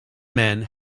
men